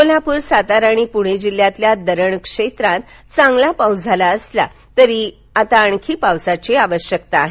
कोल्हापूर सातारा आणि पुणे जिल्ह्यातील धरण क्षेत्रात चांगला पाऊस झाला असला तरी आणखी पावसाची आवश्यकता आहे